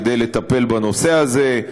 כדי לטפל בנושא הזה.